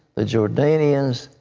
the jordanians,